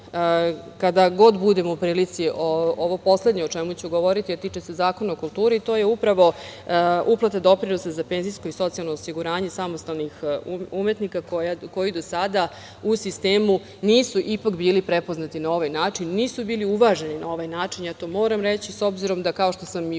kada god budem u prilici ovo poslednje o čemu ću govoriti, a tiče se Zakona o kulturi. To je upravo uplata doprinosa za penzijsko i socijalno osiguranje samostalnih umetnika, koji do sada u sistemu nisu ipak bili prepoznati na ovaj način. Nisu bili uvaženi na ovaj način, ja to moram reći, s obzirom da kao što sam i